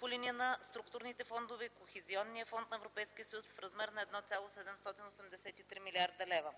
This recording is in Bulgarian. по линия на структурните фондове и Кохезионния фонд на Европейския съюз в размер на 1,783 млрд. лв.